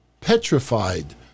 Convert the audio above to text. petrified